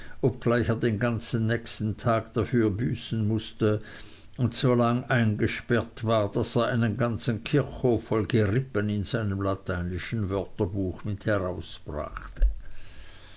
obgleich er den ganzen nächsten tag dafür büßen mußte und solange eingesperrt war daß er einen ganzen kirchhof voll gerippen in seinem lateinischen wörterbuch mit herausbrachte